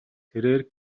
тэрээр